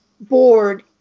board